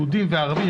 יהודים וערבים,